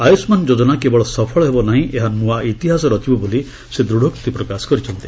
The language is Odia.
ଆୟୁଷ୍ମାନ ଯୋଜନା କେବଳ ସଫଳ ହେବ ନାହିଁ ଏହା ନ୍ତଆ ଇତିହାସ ରଚିବ ବୋଲି ସେ ଦୂଢୋକ୍ତି ପ୍ରକାଶ କରିଛନ୍ତି